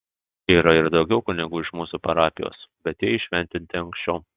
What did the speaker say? yra ir daugiau kunigų iš mūsų parapijos bet jie įšventinti anksčiau